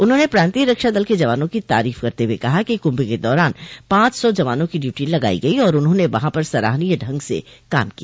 उन्होंने प्रान्तीय रक्षा दल के जवानों की तारीफ करते हुए कहा कि क्ंभ के दौरान पांच सौ जवानों की ड्यूटी लगाई गई और उन्होंने वहां पर सराहनीय ढंग से काम किया